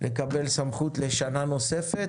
לקבל סמכות לשנה נוספת.